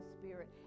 spirit